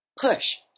push